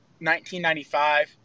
1995